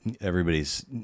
everybody's